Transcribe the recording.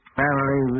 family